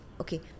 Okay